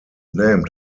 named